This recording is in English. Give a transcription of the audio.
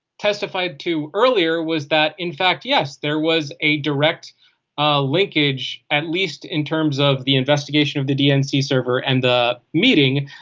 testified to earlier was that in fact yes there was a direct ah linkage at least in terms of the investigation of the dnc server and the meeting.